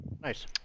nice